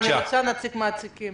אני מתכוון לעסקים קטנים,